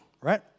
right